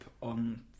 on